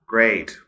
Great